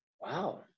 Wow